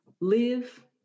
live